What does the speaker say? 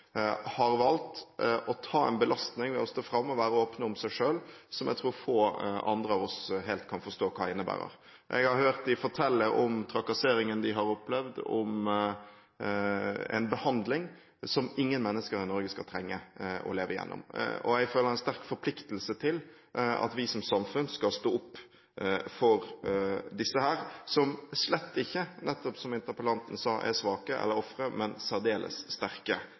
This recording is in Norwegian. har valgt å ta en belastning ved å stå fram og være åpne om seg selv, noe som jeg tror få andre av oss helt kan forstå hva innebærer. Jeg har hørt dem fortelle om trakasseringen de har opplevd, om en behandling som ingen mennesker i Norge skal trenge å gjennomleve, og jeg føler en sterk forpliktelse til at vi som samfunn skal stå opp for disse, som slett ikke – som interpellanten nettopp sa – er svake, eller ofre, men særdeles sterke